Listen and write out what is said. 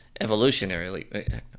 evolutionarily